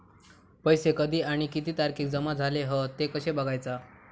पैसो कधी आणि किती तारखेक जमा झाले हत ते कशे बगायचा?